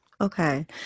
Okay